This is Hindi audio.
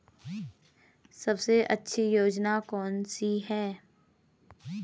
सबसे अच्छी योजना कोनसी है?